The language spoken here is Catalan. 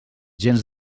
gens